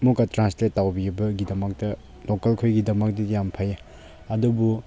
ꯑꯃꯨꯛꯀ ꯇ꯭ꯔꯥꯟꯁꯂꯦꯠ ꯇꯧꯕꯤꯕꯒꯤꯗꯃꯛꯇ ꯂꯣꯀꯦꯜꯈꯣꯏꯒꯤꯗꯃꯛꯇꯗꯤ ꯌꯥꯝ ꯐꯩꯌꯦ ꯑꯗꯨꯕꯨ